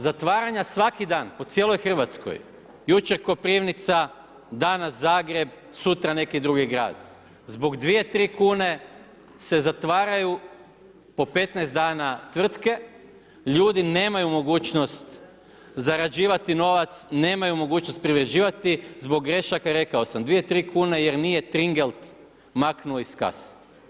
Zatvaranja svaki dan, po cijeloj Hrvatskoj, jučer Koprivnica, danas Zagreb, sutra neki drugi grad, zbog 2 ili 3 kn se zatvaraju po 15 dana tvrtke, ljudi nemaju mogućnost zarađivati novac, nemaju mogućnost priređivati, zbog grešaka, rekao sam, 2, 3 kune jer nije tringelt maknuo iz kase.